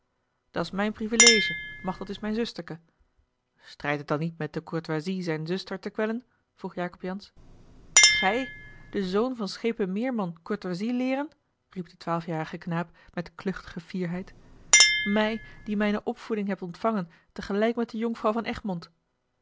waart dat's mijne privilege machteld is mijn zusterke strijdt het dan niet met de courtoisie zijne zuster te kwellen vroeg jacob jansz gij den zoon van schepen meerman courtoisie leeren riep de twaalfjarige knaap met kluchtige fierheid mij die mijne opvoeding heb ontvangen tegelijk met de jonkvrouw van egmond